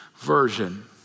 Version